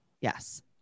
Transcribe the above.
Yes